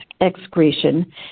excretion